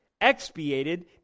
expiated